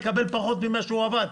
הוא יקבל פחות ממה שהוא עבד.